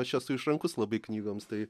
aš esu išrankus labai knygoms tai